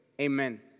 Amen